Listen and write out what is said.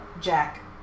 Jack